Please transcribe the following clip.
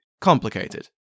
complicated